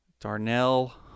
Darnell